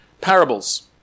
parables